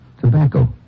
Tobacco